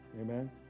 Amen